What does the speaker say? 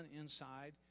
inside